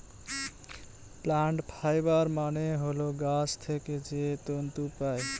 plant fibre মানে হল গাছ থেকে যে তন্তু পায়